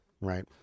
right